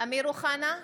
אמיר אוחנה,